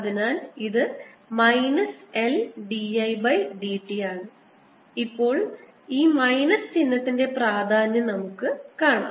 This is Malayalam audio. അതിനാൽ ഇത് minus L d I by dt ആണ് ഇപ്പോൾ ഈ മൈനസ് ചിഹ്നത്തിന്റെ പ്രാധാന്യം നമുക്ക് കാണാം